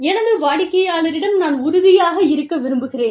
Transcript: எனது வாடிக்கையாளரிடம் நான் உறுதியாக இருக்க விரும்புகிறேன்